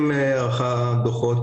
ערכה דוחות